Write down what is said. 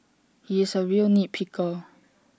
he is A real nit picker